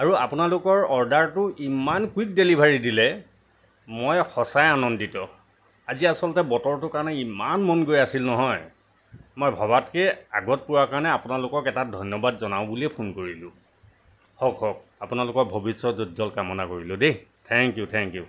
আৰু আপোনালোকৰ অৰ্ডাৰটো ইমান কুইক ডেলিভাৰী দিলে মই সঁচাই আনন্দিত আজি আচলতে বতৰটোৰ কাৰণেও ইমান মন গৈ আছিল নহয় মই ভবাতকৈ আগত পোৱা কাৰণে আপোনালোকক এটা ধন্যবাদ জনাওঁ বুলিয়েই ফোন কৰিলোঁ হওঁক হওঁক আপোনালোকৰ ভৱিষ্যত উজ্জল কামনা কৰিলোঁ দেই থেংকিউ থেংকিউ